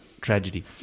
tragedy